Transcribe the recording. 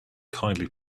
kindly